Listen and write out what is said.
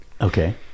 Okay